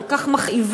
כל כך מכאיבה,